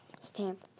Stamp